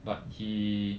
but he